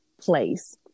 place